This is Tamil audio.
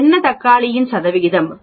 என்ன தக்காளியின் சதவீதம் 249